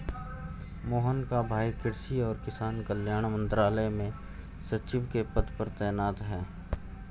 मोहन का भाई कृषि और किसान कल्याण मंत्रालय में सचिव के पद पर तैनात है